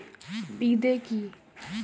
বিদে কি?